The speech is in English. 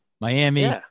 Miami